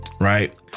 Right